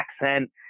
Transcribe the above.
accent